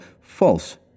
false